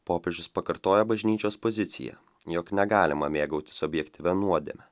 popiežius pakartoja bažnyčios poziciją jog negalima mėgautis objektyvia nuodėme